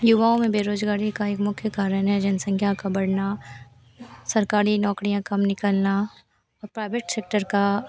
युवाओं में बेरोजगारी का एक मुख्य कारण है जनसँख्या का बढ़ना सरकारी नौकरियाँ कम निकलना और प्राइवेट सेक्टर का